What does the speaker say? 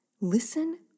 listen